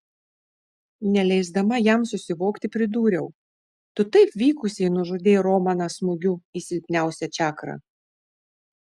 neleisdama jam susivokti pridūriau tu taip vykusiai nužudei romaną smūgiu į silpniausią čakrą